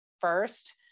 first